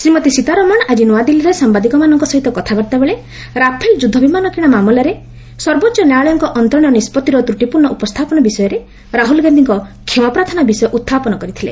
ଶ୍ରୀମତୀ ସୀତାରମଣ ଆଜି ନୂଆଦିଲ୍ଲୀରେ ସାମ୍ବାଦିକମାନଙ୍କ ସହିତ କଥାବାର୍ତ୍ତାବେଳେ ରାଫେଲ୍ ଯୁଦ୍ଧ ବିମାନ କିଣା ମାମଲାରେ ସର୍ବୋଚ୍ଚ ନ୍ୟାୟାଳୟଙ୍କ ଅନ୍ତରୀଣ ନିଷ୍ପଭିର ତ୍ରୁଟିପୂର୍ଣ୍ଣ ଉପସ୍ଥାପନ ବିଷୟରେ ରାହ୍ରଲ୍ ଗାନ୍ଧିଙ୍କ କ୍ଷମା ପ୍ରାର୍ଥନା ବିଷୟ ଉତ୍ଥାପନ କରିଥିଲେ